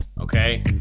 okay